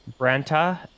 Branta